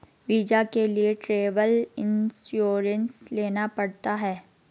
visa के लिए travel insurance लेना पड़ता है